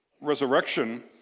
resurrection